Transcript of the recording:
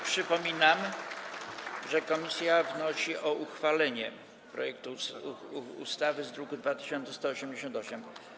Przypominam, że komisja wnosi o uchwalenie projektu ustawy z druku nr 2188.